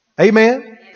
Amen